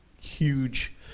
huge